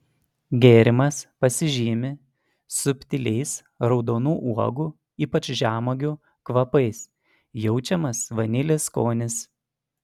gėrimas pasižymi subtiliais raudonų uogų ypač žemuogių kvapais jaučiamas vanilės skonis